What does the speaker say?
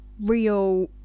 real